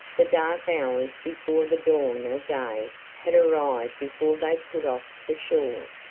the dark hours before the dawn of day had arrived before they put off for shore,